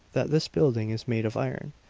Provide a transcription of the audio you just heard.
that this building is made of iron.